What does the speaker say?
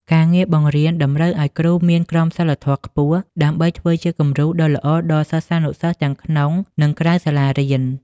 ការងារបង្រៀនតម្រូវឱ្យគ្រូមានក្រមសីលធម៌ខ្ពស់ ដើម្បីធ្វើជាគំរូដ៏ល្អដល់សិស្សានុសិស្សទាំងក្នុង និងក្រៅសាលារៀន។